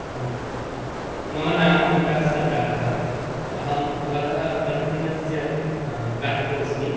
हां मम नाम विकाससरकारः अहं भवतः प्रतिदिनस्य त् ग्राहकोऽस्मि